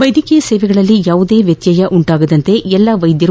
ವೈದ್ಯಕೀಯ ಸೇವೆಯಲ್ಲಿ ಯಾವುದೇ ವ್ಯತ್ಯಯ ಉಂಟಾಗದಂತೆ ಎಲ್ಲಾ ವೈದ್ಯರು